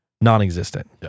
non-existent